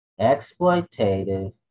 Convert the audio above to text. exploitative